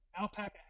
Alpaca